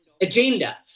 agenda